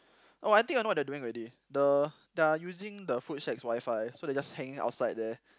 oh I think I know what they are doing already the they are using the food shack's WiFi so they are just hanging outside there